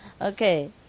Okay